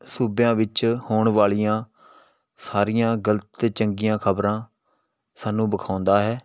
ਸੂਬਿਆਂ ਵਿੱਚ ਹੋਣ ਵਾਲੀਆਂ ਸਾਰੀਆਂ ਗਲਤ ਅਤੇ ਚੰਗੀਆਂ ਖ਼ਬਰਾਂ ਸਾਨੂੰ ਵਿਖਾਉਂਦਾ ਹੈ